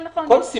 לא כל סבסוד.